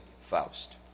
Faust